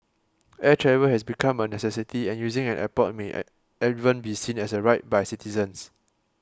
air travel has become a necessity and using an airport may even be seen as a right by citizens